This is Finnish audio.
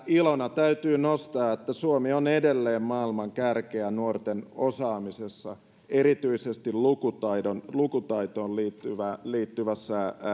ilona täytyy nostaa että suomi on edelleen maailman kärkeä nuorten osaamisessa erityisesti lukutaitoon liittyvässä